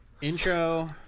intro